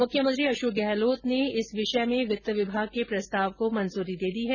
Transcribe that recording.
मुख्यमंत्री अशोक गहलोत ने इस विषय में वित्त विभाग के प्रस्ताव को मंजूरी दे दी है